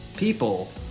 People